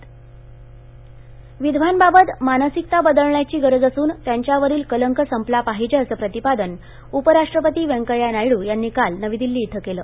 उपराष्ट्रपती विधवांबाबत मानसिकता बदलण्याची गरज असून त्यांच्यावरील कलंक संपला पाहिजे असं प्रतिपादन उपराष्ट्रपती व्यंकय्या नायडू यांनी काल नवी दिल्ली इथं केलं